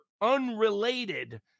unrelated